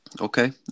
okay